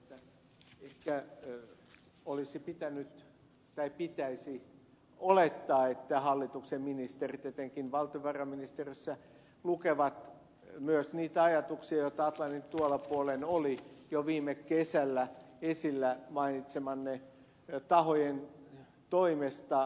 pulliaiselle toteaisin että ehkä olisi pitänyt tai pitäisi olettaa että hallituksen ministerit etenkin valtiovarainministeriössä lukevat myös niitä ajatuksia joita atlantin tuolla puolen oli jo viime kesänä esillä mainitsemienne tahojen toimesta